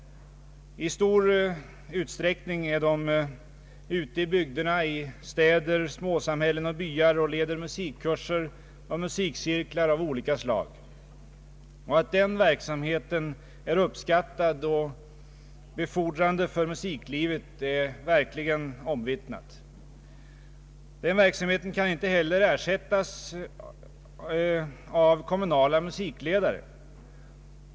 I stor utsträckning är de ute i bygderna — i städer, småsamhällen och byar — och leder musikkurser och musikcirklar av olika slag. Och att den verksamheten är uppskattad och befordrande för musiklivet är verkligen omvittnat. Den verksamheten kan inte heller ersättas av kommunala musikledare.